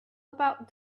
about